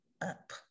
up